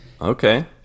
Okay